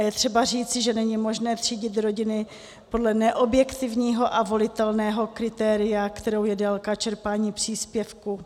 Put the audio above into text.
Je třeba říci, že není možné třídit rodiny podle neobjektivního a volitelného kritéria, kterým je délka čerpání příspěvku.